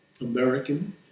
American